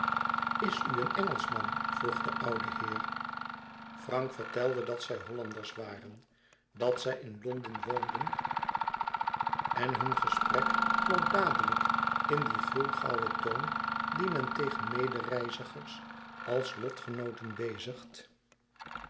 is u een engelschman vroeg de oude heer frank vertelde dat zij hollanders waren dat zij in londen woonden en hun gesprek klonk dadelijk in dien gulgauwen toon dien men tegen medereizigers als lotgenooten bezigt